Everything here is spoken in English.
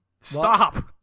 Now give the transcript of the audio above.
stop